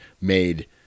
made